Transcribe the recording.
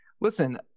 Listen